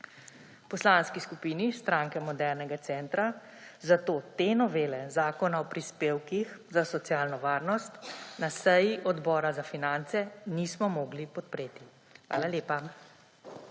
V Poslanski skupini Stranke modernega centra zato te novele Zakona o prispevkih za socialno varnost na seji Odbora za finance nismo mogli podpreti. Hvala lepa.